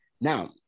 Now